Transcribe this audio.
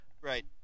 right